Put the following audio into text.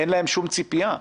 אין שום ציפייה,